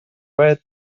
red